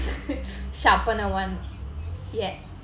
sharpener one yeah